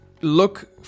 look